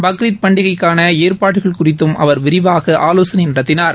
பக்ரித் பண்டிகைக்கான ஏற்பாடுகள் குறித்தும் அவர் விரிவாக ஆலோசனை நடத்தினார்